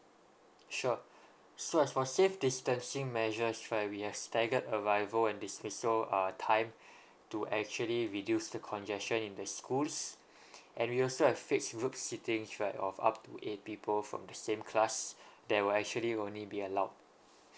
sure so as for safe distancing measures right we have staggered arrival and dismissal uh time to actually reduce the congestion in the schools and we also have fixed group sitting right of up to eight people from the same class they will actually only be allowed